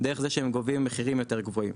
דרך זה שהם גובים מחירים יותר גבוהים.